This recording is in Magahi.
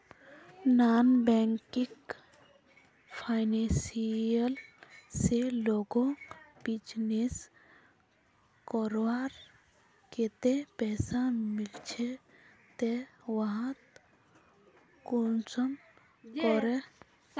नॉन बैंकिंग फाइनेंशियल से लोग बिजनेस करवार केते पैसा लिझे ते वहात कुंसम करे पैसा जमा करो जाहा?